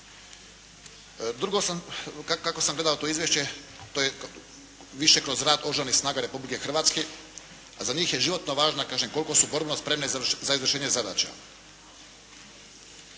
kako sam gledao to izvješće, to je više kroz rad Oružanih snaga Republike Hrvatske, a za njih je životno važna, kažem koliko su borbeno spremne za izvršenje zadaća.